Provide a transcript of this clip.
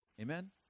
Amen